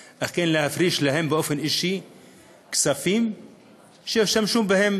להפריש להם באופן אישי כספים שישתמשו בהם,